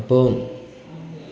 അപ്പോൾ